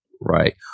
Right